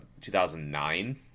2009